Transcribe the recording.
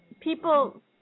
people